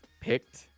picked –